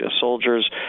soldiers